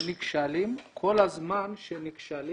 כל זמן שהם נכשלים